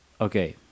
Okay